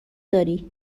داری